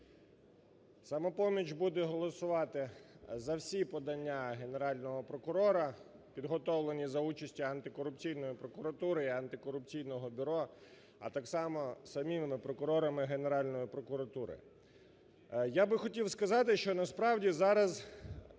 Самопоміч буде голосувати за всі подання Генерального прокурора, підготовлені за участі Антикорупційної прокуратури і Антикорупційного бюро, а там само самими прокурорами Генеральної прокуратури. Я би хотів сказати, що насправді зараз,